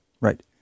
Right